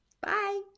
Bye